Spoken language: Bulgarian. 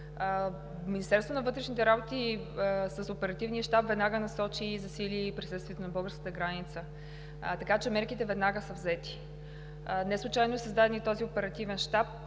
Министерството на вътрешните работи с Оперативния щаб веднага насочи и засили присъствието на българската граница, така че мерките веднага са взети. Неслучайно е създаден и този оперативен щаб